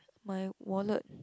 my wallet